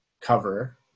cover